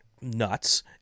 nuts